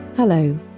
Hello